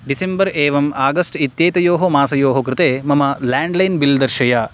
December एवम् August इत्येतयोः मासयोः कृते मम लाण्ड्लैन् बिल् दर्शय